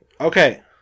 Okay